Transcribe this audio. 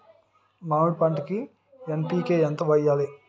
మామిడి పంటకి ఎన్.పీ.కే ఎంత వెయ్యాలి?